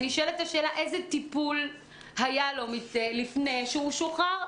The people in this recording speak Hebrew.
נשאלת השאלה איזה טיפול היה לו כשהוא שוחרר,